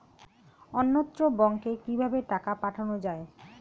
অন্যত্র ব্যংকে কিভাবে টাকা পাঠানো য়ায়?